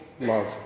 love